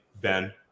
Ben